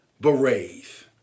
Berets